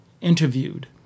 interviewed